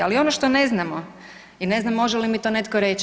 Ali ono što ne znamo i ne znam može li mi to netko reći.